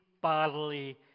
bodily